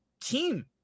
team